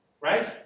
Right